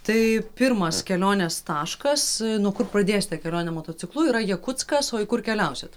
tai pirmas kelionės taškas nuo kur pradėsite kelionę motociklu yra jakutskas o į kur keliausit